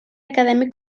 acadèmic